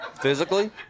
Physically